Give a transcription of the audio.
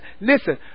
listen